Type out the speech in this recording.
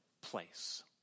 place